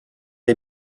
est